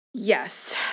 Yes